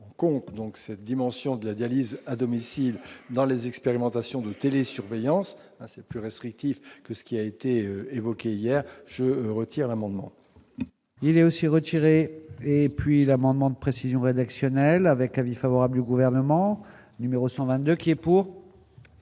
donc cette dimension de la dialyse à domicile dans les expérimentations de télésurveillance, hein, c'est plus restrictif que ce qui a été évoquée hier je retire l'amendement. Il a aussi retiré et puis l'amendement de précision rédactionnelle avec avis favorable du gouvernement numéro 122 qui et pour